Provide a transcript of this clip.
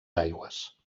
aigües